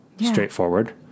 Straightforward